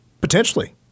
Potentially